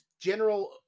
general